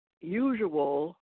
usual